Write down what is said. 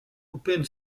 open